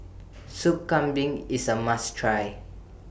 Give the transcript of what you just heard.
Sup Kambing IS A must Try